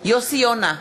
יוסי יונה,